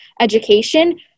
education